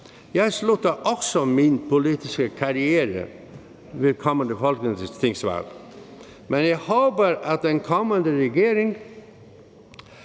Jeg slutter også min politiske karriere ved det kommende folketingsvalg. Men jeg håber, at den kommende regering